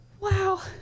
Wow